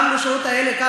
גם לשורות האלה,